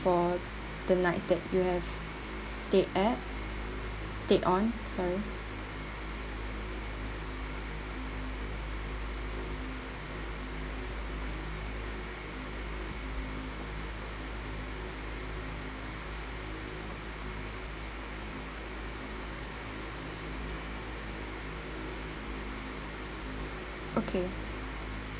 for the nights that you have stay at stay on sorry okay